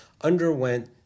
underwent